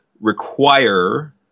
require